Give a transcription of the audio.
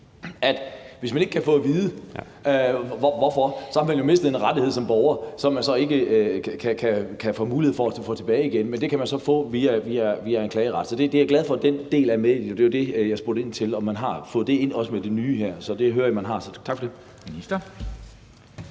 vide, for hvis man ikke kan få at vide hvorfor, så har man jo mistet en rettighed som borger, som man ikke har mulighed for at få tilbage igen. Men det kan man så få via en klageret. Så jeg er glad for, at den del er med i det – det var det, jeg spurgte ind til, altså om man også har fået det med i det nye her. Det hører jeg man har, så tak for det.